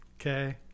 Okay